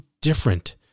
different